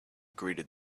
greeted